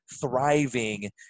thriving